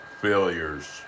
failures